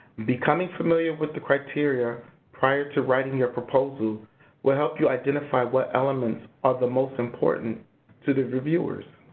becoming familiar with the criteria prior to writing your proposal will help you identify what elements are the most important to the reviewers.